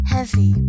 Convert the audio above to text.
Heavy